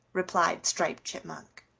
replied striped chipmunk.